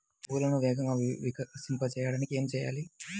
పువ్వులను వేగంగా వికసింపచేయటానికి ఏమి చేయాలి?